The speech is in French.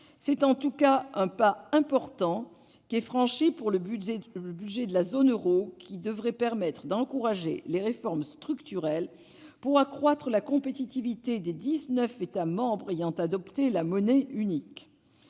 C'est en tout cas un pas important qui est franchi pour le budget de la zone euro. Cela devrait permettre d'encourager les réformes structurelles pour accroître la compétitivité des dix-neuf États membres ayant adopté la monnaie unique.